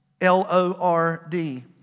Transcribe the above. L-O-R-D